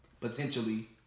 potentially